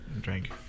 drank